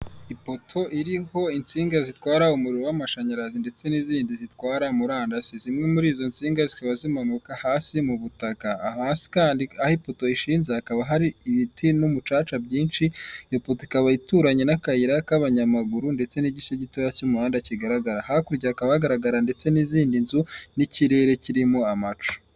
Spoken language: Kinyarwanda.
Ipoto iriho insinga zitwara umuriro w'amashanyarazi ndetse n'izindi zitwara murandasi, zimwe muri izo nsinga zikaba zimanuka hasi mu butaka, hasi kandi aho ipoto rishinze hakaba hari ibiti n'umucaca byinshi, iyo poto ikaba ituranye n'akayira k'abanyamaguru ndetse n'igice gitoya cy'umuhanda kigaragara. Hakurya hakaba hagaragara ndetse n'izindi nzu n'ikirere kirimo amacu.